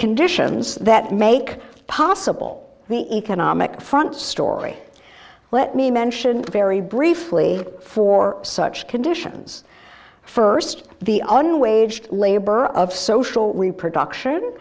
conditions that make possible the economic front story let me mention very briefly for such conditions st the unwaged labor of social reproduction